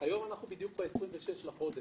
היום אנחנו ב-26 לחודש,